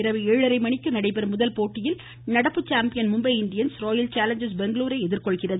இரவு ஏழரை மணிக்கு நடைபெறும் முதல் போட்டியில் நடப்பு champion Mumbai Indians Royal Challengers பெங்களூரை எதிர்கொள்கிறது